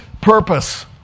purpose